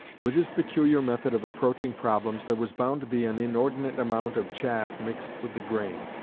with his peculiar method of approaching problems there was bound to be an inordinate amount of chaff mixed with the grain,